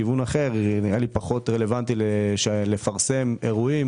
מכיוון אחר נראה לי פחות רלוונטי לפרסם אירועים